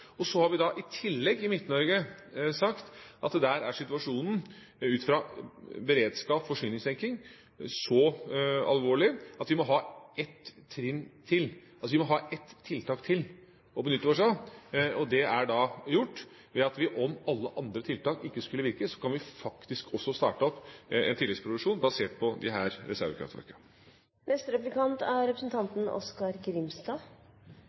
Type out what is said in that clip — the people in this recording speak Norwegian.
Og så har vi i tillegg sagt at situasjonen i Midt-Norge ut fra beredskaps- og forsyningstenking er så alvorlig at vi må ha ett trinn til – vi må altså ha et tiltak til å benytte oss av. Det er gjort ved at vi, om alle andre tiltak ikke virker, kan starte opp en tilleggsproduksjon basert på